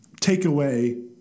takeaway